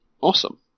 Awesome